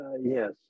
Yes